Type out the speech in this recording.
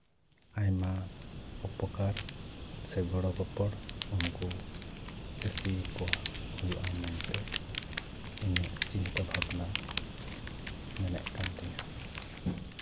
ᱟᱭᱢᱟ ᱩᱯᱚᱠᱟᱨ ᱥᱮ ᱜᱚᱲᱚ ᱜᱚᱯᱚᱲ ᱩᱱᱠᱩ ᱪᱟᱹᱥᱤ ᱠᱚᱣᱟᱜ ᱦᱩᱭᱩᱜᱼᱟ ᱢᱮᱱᱛᱮ ᱤᱧᱟᱹᱜ ᱪᱤᱱᱛᱟᱹ ᱵᱷᱟᱵᱽᱱᱟ ᱢᱮᱱᱮᱫ ᱠᱟᱱ ᱛᱤᱧᱟᱹᱭ